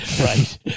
right